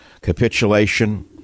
Capitulation